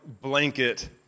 blanket